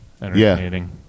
entertaining